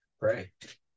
Right